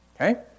okay